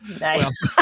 Nice